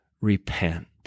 repent